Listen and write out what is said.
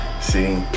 See